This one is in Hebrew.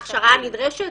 הכשרה נדרשת: